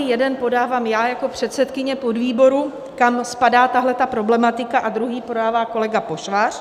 Jeden podávám já jako předsedkyně podvýboru, kam spadá tahle problematika, a druhý podává kolega Pošvář.